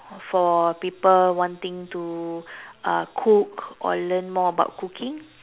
for people wanting to uh cook or learn more about cooking